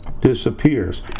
disappears